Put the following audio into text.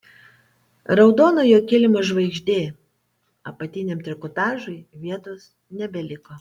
raudonojo kilimo žvaigždė apatiniam trikotažui vietos nebeliko